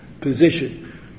position